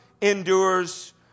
endures